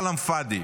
כלאם פאדי.